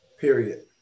Period